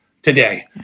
today